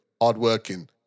hardworking